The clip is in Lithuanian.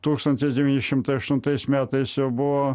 tūkstantis devyni šimtai aštuntais metais jau buvo